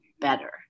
better